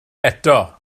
eto